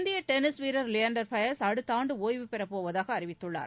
இந்திய டென்னிஸ் வீரர் லிபாண்டர் பயஸ் அடுத்த ஆண்டு ஒய்வுபெற போவதாக அறிவித்துள்ளார்